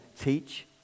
teach